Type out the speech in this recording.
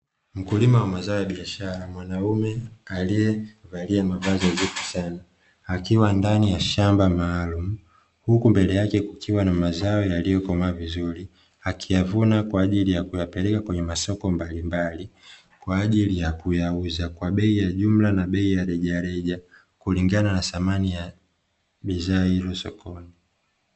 Mkulima wa mazao ya biashara mwanaume alievalia mavazi nadhifu sana, akiwa ndani ya shamba maalumu, huku mbele yake kukiwa na mazao yaliyokomaa vizuri akiyavuna kwa ajili ya kuyapeleka kwenye masoko mbalimbali ,kwa ajili ya kuyauza kwa bei ya jumla na bei ya rejareja kulingana na thamani ya bidhaa hiyo sokoni.